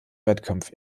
wettkampf